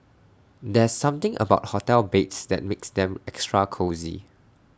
there's something about hotel beds that makes them extra cosy